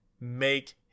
make